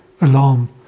alarm